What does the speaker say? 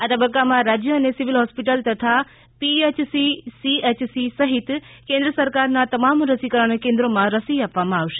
આ તબક્કામાં રાજય અને સિવિલ હોસ્પિટલ તથા પીએચસી સીએચસી સહિત કેન્દ્ર સરકારના તમામ રસીકરણ કેન્દ્રોમાં રસી આપવામાં આવશે